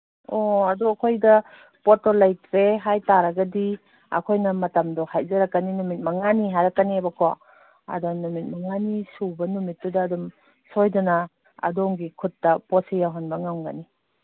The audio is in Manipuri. ꯑꯣ ꯑꯗꯣ ꯑꯩꯈꯣꯏꯗ ꯄꯣꯠꯇꯣ ꯂꯩꯇ꯭ꯔꯦ ꯍꯥꯏ ꯇꯥꯔꯒꯗꯤ ꯑꯩꯈꯣꯏꯅ ꯃꯇꯝꯗ ꯍꯥꯏꯖꯔꯛꯀꯅꯤ ꯅꯨꯃꯤꯠ ꯃꯉꯥꯅꯤ ꯍꯥꯏꯔꯛꯀꯅꯦꯕꯀꯣ ꯑꯗ ꯅꯨꯃꯤꯠ ꯃꯉꯥꯅꯤ ꯁꯨꯕ ꯅꯨꯃꯤꯠꯇꯨꯗ ꯑꯗꯨꯝ ꯁꯣꯏꯗꯅ ꯑꯗꯣꯝꯒꯤ ꯈꯨꯠꯇ ꯄꯣꯠꯁꯦ ꯌꯧꯍꯟꯕ ꯉꯝꯒꯅꯤ